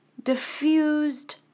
Diffused